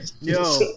Yo